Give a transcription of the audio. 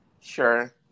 sure